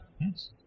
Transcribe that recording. Yes